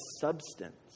substance